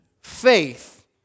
faith